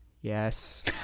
yes